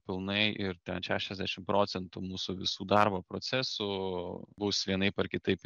pilnai ir ten šešiasdešim procentų mūsų visų darbo procesų bus vienaip ar kitaip